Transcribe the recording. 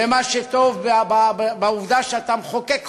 ומה שטוב בעובדה שאתה מחוקק חוק,